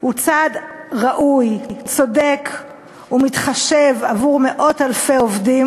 הוא צעד ראוי, צודק ומתחשב עבור מאות-אלפי עובדים